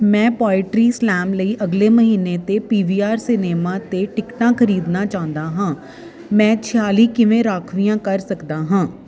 ਮੈਂ poetry slam ਲਈ ਅਗਲੇ ਮਹੀਨੇ ਤੇ ਪੀ ਵੀ ਆਰ ਸਿਨੇਮਾ 'ਤੇ ਟਿਕਟਾਂ ਖਰੀਦਣਾ ਚਾਹੁੰਦਾ ਹਾਂ ਮੈਂ ਛਿਆਲੀ ਕਿਵੇਂ ਰਾਖਵੀਆਂ ਕਰ ਸਕਦਾ ਹਾਂ